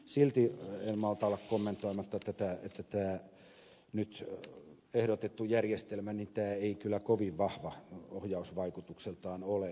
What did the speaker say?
silti en malta olla kommentoimatta tätä että tämä nyt ehdotettu järjestelmä ei kyllä kovin vahva ohjausvaikutukseltaan ole